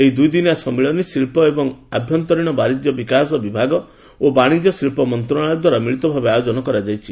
ଏହି ଦୁଇଦିନିଆ ସମ୍ମିଳନୀ ଶିଳ୍ପ ଓ ଆଭ୍ୟନ୍ତରୀଣ ବାଶିଜ୍ୟ ବିକାଶ ବିଭାଗ ଏବଂ ବାଣିଜ୍ୟ ଓ ଶିଳ୍ପ ମନ୍ତ୍ରଣାଳୟଦ୍ୱାରା ମିଳିତ ଭାବେ ଆୟୋଜନ କରାଯାଇଛି